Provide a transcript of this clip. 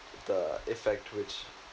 the effect which